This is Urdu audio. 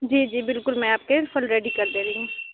جی جی بالکل میں آپ کے پھل ریڈی کر دے رہی ہوں